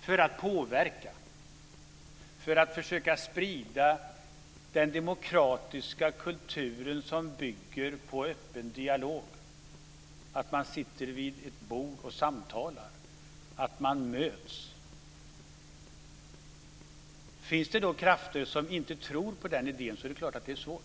för att påverka och försöka sprida den demokratiska kultur som bygger på öppen dialog, att man sitter vid ett bord och samtalar och att man möts. Finns det då krafter som inte tror på den idén är det klart att det är svårt.